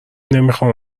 نمیخام